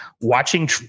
watching